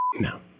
No